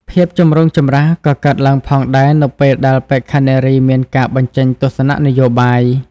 ភាពចម្រូងចម្រាសក៏កើតឡើងផងដែរនៅពេលដែលបេក្ខនារីមានការបញ្ចេញទស្សនៈនយោបាយ។